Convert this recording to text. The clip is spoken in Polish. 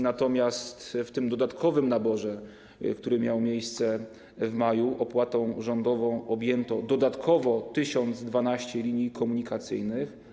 Natomiast w tym dodatkowym naborze, który miał miejsce w maju, opłatą rządową objęto dodatkowo 1012 linii komunikacyjnych.